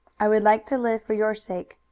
i would like to live for your sake.